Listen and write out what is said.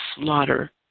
slaughter